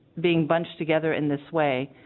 being bunched together in this way